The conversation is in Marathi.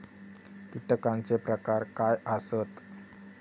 कीटकांचे प्रकार काय आसत?